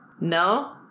No